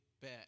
bet